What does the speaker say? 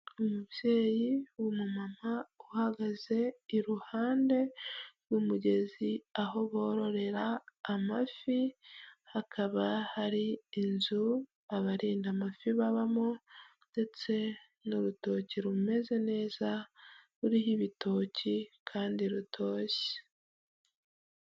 Umubyeyi w'umumama uhagaze iruhande rw'umugezi aho bororera amafi hakaba hari inzu abarinda amafi babamo, ndetse n'urutoki rumeze neza rurya ibitoki kandi rutoshye.